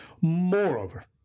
Moreover